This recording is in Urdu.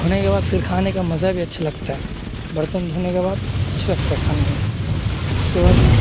دھونے کے بعد پھر کھانے کا مزہ بھی اچھا لگتا ہے برتن دھونے کے بعد اچھا لگتا ہے کھانے میں اس کے بعد